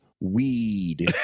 weed